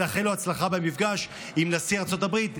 נאחל לו הצלחה במפגש עם נשיא ארצות הברית,